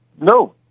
No